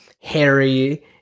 Harry